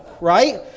right